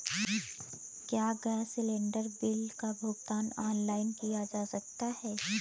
क्या gas cylinder bill का भुगतान ऑनलाइन किया जा सकता है?